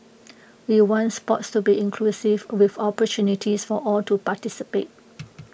we want Sport to be inclusive with opportunities for all to participate